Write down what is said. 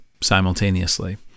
simultaneously